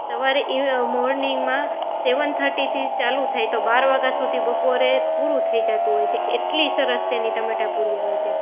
સવારે એ ઇવ મોર્નિંગમાં સેવન થર્ટીથી ચાલુ થાય તો બાર વાગ્યા સુધી બપોરે પૂરું થઈ જતું હોય છે એટલી સરસ તેની ટમેટાપૂરી આવે ત્યાં